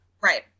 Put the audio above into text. Right